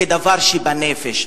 זה דבר שבנפש,